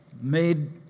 made